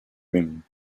rim